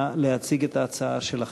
נא להציג את ההצעה שלך.